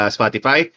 Spotify